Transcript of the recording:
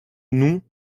nous